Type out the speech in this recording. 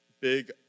big